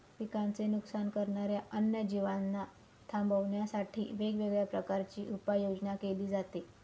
पिकांचे नुकसान करणाऱ्या अन्य जीवांना थांबवण्यासाठी वेगवेगळ्या प्रकारची उपाययोजना केली जाते